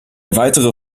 weitere